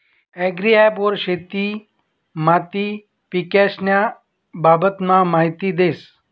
agri app वर शेती माती पीकेस्न्या बाबतमा माहिती देस